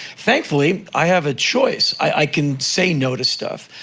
thankfully, i have a choice. i can say no to stuff.